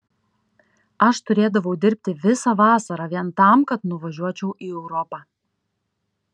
aš turėdavau dirbti visą vasarą vien tam kad nuvažiuočiau į europą